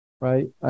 Right